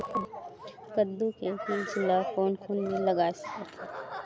कददू के बीज ला कोन कोन मेर लगय सकथन?